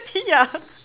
ya